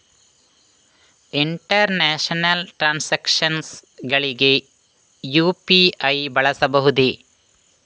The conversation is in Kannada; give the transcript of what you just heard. ಇಂಟರ್ನ್ಯಾಷನಲ್ ಟ್ರಾನ್ಸಾಕ್ಷನ್ಸ್ ಗಳಿಗೆ ಯು.ಪಿ.ಐ ಬಳಸಬಹುದೇ?